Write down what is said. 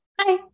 Hi